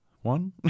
One